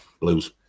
Blues